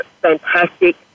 fantastic